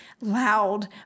loud